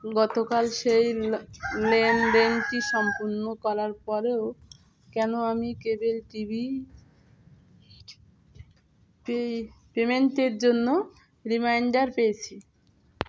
গতকাল সেই লেনদেনটি সম্পূর্ণ করার পরেও কেন আমি কেবল টিভি পেমেন্টের জন্য রিমাইন্ডার পেয়েছি